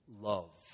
love